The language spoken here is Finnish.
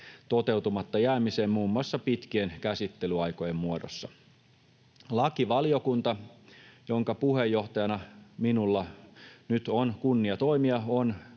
toteutumatta jäämiseen muun muassa pitkien käsittelyaikojen muodossa. Lakivaliokunta, jonka puheenjohtajana minulla nyt on kunnia toimia, on